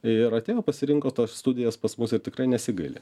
ir atėjo pasirinko tas studijas pas mus ir tikrai nesigaili